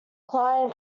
klein